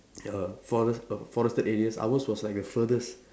err forest err forested areas ours was like the furthest